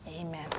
Amen